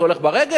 זה הולך ברגל?